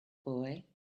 boy